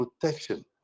protection